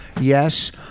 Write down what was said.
Yes